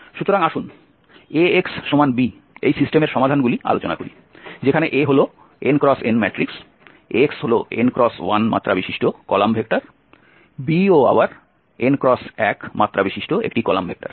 সুতরাং আসুন Ax b সিস্টেমের সমাধানগুলি আলোচনা করি যেখানে A হল n×n ম্যাট্রিক্স x হল n×1 মাত্রা বিশিষ্ট কলাম ভেক্টর b ও আবার n×1 মাত্রা বিশিষ্ট একটি কলাম ভেক্টর